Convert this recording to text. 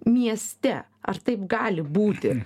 mieste ar taip gali būti